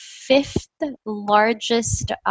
fifth-largest